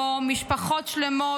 שבו משפחות שלמות,